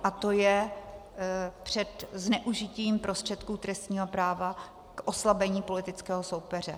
A to je před zneužitím prostředků trestního práva k oslabení politického soupeře.